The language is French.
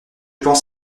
pense